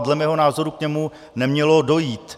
Dle mého názoru k němu nemělo dojít.